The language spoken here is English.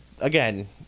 again